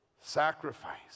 sacrifice